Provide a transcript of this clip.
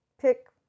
pick